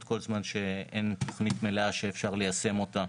כל זמן שאין תכנית מלאה שאפשר ליישם אותה.